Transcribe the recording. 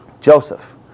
Joseph